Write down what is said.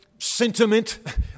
Sentiment